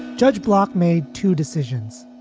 judge block made two decisions.